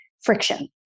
friction